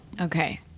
Okay